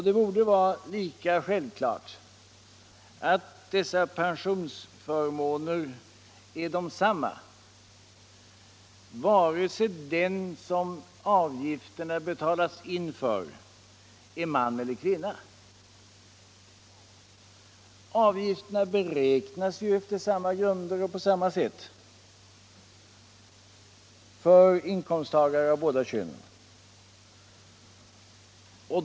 Det borde också vara lika självklart att dessa pensionsförmåner är desamma vare sig den som avgifterna betalas in för är man eller kvinna. Avgifterna beräknas ju efter samma grunder och på samma sätt för inkomsttagare av både könen.